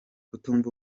kutumva